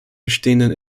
bestehenden